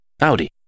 Audi